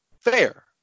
fair